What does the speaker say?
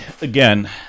again